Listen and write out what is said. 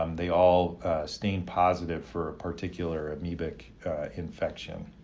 um they all stain positive for a particular amoebic infection.